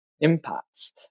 impacts